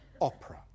opera